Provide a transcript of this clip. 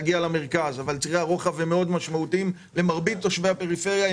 אבל צירי הרוחב הם מאוד משמעותיים למרבית תושבי הפריפריה.